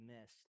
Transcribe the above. missed